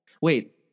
Wait